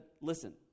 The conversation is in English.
listen